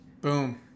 Boom